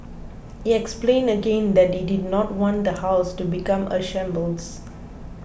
he explained again that he did not want the house to become a shambles